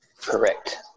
Correct